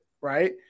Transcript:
right